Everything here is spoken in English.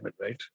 right